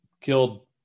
killed